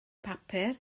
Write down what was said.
papur